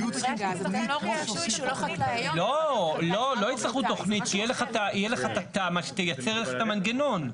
יהיה לך את התמ"א שתייצר לך את המנגנון.